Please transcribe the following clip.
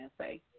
say